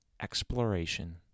EXPLORATION